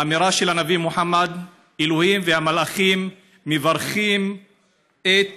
אמירה של הנביא מוחמד: אלוהים והמלאכים מברכים את